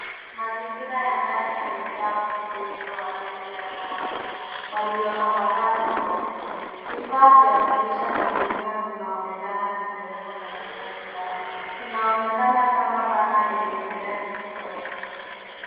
Mazingira ya ndani yamejaa kuku wengi wa rangi ya kahawia walio tapakaa sakafuni. Vifaa vya kulisha na kunywea vinaonekana vimewekwa katikati yao inaonekana kama bandana lenye idadi kubwa ya kuku